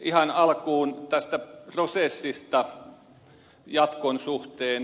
ihan alkuun tästä prosessista jatkon suhteen